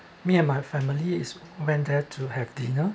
me and my family is went there to have dinner